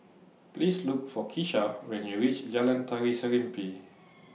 Please Look For Kesha when YOU REACH Jalan Tari Serimpi